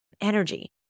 energy